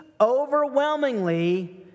overwhelmingly